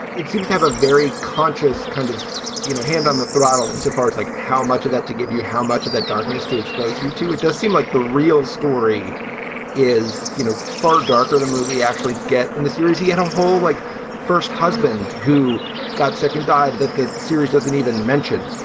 it seems to have a very conscious kind of you know hand on the throttle insofar as like how much of that to give you, how much of that darkness to expose you to. it does seem like the real story is you know far darker. the movie actually get in the series, you get a whole like first husband who got sick and died that the series doesn't even mention.